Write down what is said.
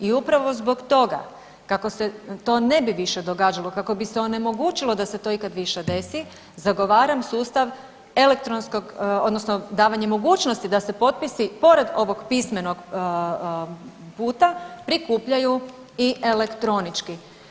I upravo zbog toga, kako se to ne bi više događalo, kako bi se onemogućilo da se to ikad više desi zagovaram sustav elektronskog odnosno davanja mogućnosti da se potpisi pored ovog pismenog puta prikupljaju i elektronički.